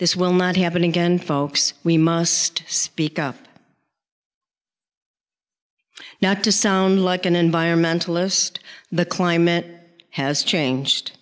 this will not happen again folks we must speak up now to sound like an environmentalist the climate has changed